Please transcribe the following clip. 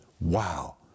Wow